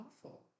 awful